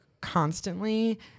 constantly